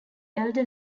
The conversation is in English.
elder